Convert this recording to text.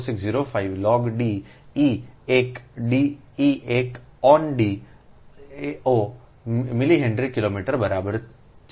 4605 log D ઇએક D ઇએક on D ઓ મિલિહેનરી કિલોમીટર બરાબર છે